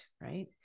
right